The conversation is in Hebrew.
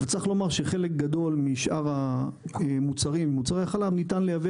אבל צריך לומר שחלק גדול משאר מוצרי החלב ניתן לייבא